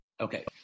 Okay